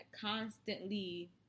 constantly